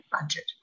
budget